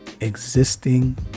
existing